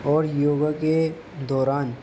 اور یوگا کے دوران